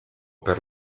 per